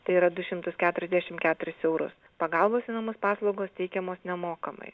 tai yra du šimtus keturiasdešimt keturis eurus pagalbos į namus paslaugos teikiamos nemokamai